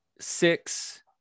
six